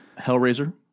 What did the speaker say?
Hellraiser